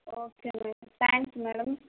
okay madam thanks madam